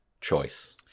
choice